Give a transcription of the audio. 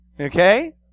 Okay